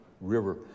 river